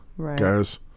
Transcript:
guys